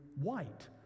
white